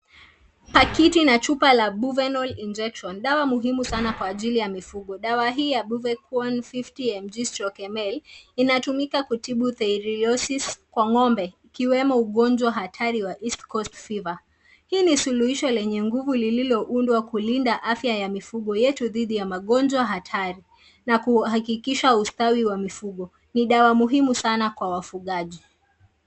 Pakiti na chupa la Buvonal Injection. Dawa muhimu sana kwa ajili ya mifugo. Dawa hii ya Buvonal 50mg/l, inatumika kutibu theileriosis kwa ng'ombe, ukiwemo ungonjwa hatari wa east coast fever . Hii ni suluhisho lenye nguvu lililoundwa kulinda afya ya mifugo yetu dhidi ya magonjwa hatari, na kuhakikisha ustawi wa mifugo. Ni dawa muhimu sana kwa wafugaji.